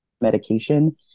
medication